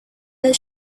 that